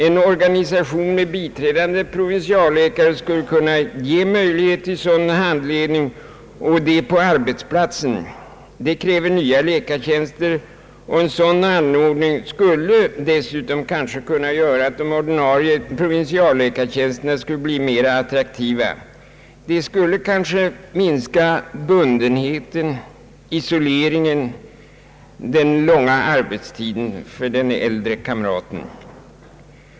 En organisation med biträdande provinsialläkare skulle kunna ge möjlighet till sådan handledning, och det på arbetsplatsen. En sådan anordning kräver nya tjänster men skulle kanske dessutom kunna göra de ordinarie provinsialläkartjänsterna mera attraktiva. Den skulle kunna minska bundenheten, isoleringen och den långa arbetstiden för den äldre kamraten.